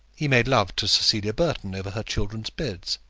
he made love to cecilia burton over her children's beds,